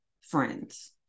friends